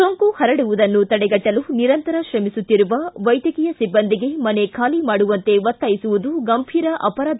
ಸೋಂಕು ಪರಡುವುದನ್ನು ತಡೆಗಟ್ಟಲು ನಿರಂತರ ಶ್ರಮಿಸುತ್ತಿರುವ ವೈದ್ಯಕೀಯ ಸಿಬ್ಬಂದಿಗೆ ಮನೆ ಖಾಲಿ ಮಾಡುವಂತೆ ಒತ್ತಾಯಿಸುವುದು ಗಂಭೀರ ಅಪರಾಧ